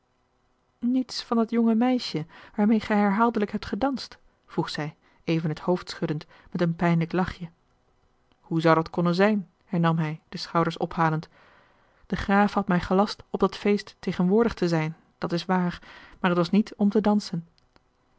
niets van dat jonge meisje waarmeê gij herhaaldelijk hebt gedanst vroeg zij even het hoofd schuddend met een pijnlijk lachje hoe zou dat konnen zijn hernam hij de schouders ophalend de graaf had mij gelast op dat feest tegenwoordig te zijn dat is waar maar het was niet om te dansen